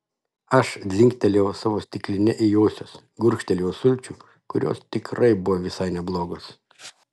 aš dzingtelėjau savo stikline į josios gurkštelėjau sulčių kurios tikrai buvo visai neblogos